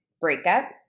breakup